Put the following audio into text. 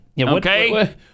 Okay